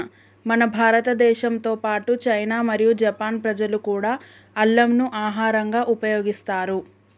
మన భారతదేశంతో పాటు చైనా మరియు జపాన్ ప్రజలు కూడా అల్లంను ఆహరంగా ఉపయోగిస్తారు